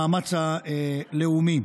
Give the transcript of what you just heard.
מהמאמץ הלאומי.